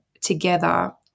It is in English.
together